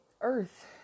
Earth